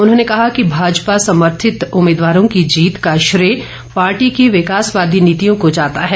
उन्होंने कहा कि भाजपा समर्थित उम्मीदवारों की जीत का श्रेय पार्टी की विकासवादी नीतियों को जाता है